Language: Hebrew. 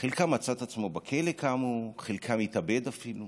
חלקם מצאו את עצמם בכלא, כאמור, חלקם התאבדו אפילו